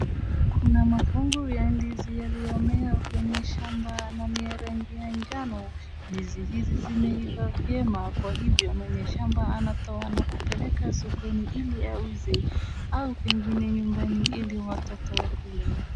Kuna mafungu ya ndizi yaliyomea kwenye shamba na ni ya rangi ya njano. Ndizi hizi zimeiva vyema kwa hivyo mwenye shamba anatoa na kupeleka sokoni ili auze au kupeleka nyumbani ili watoto wakule.